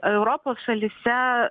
europos šalyse